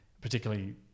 particularly